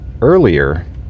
earlier